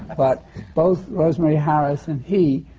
but both rosemary harris and he,